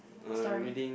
story